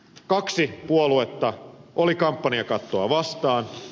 kaksi puoluetta oli kampanjakattoa vastaan